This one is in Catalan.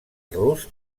rus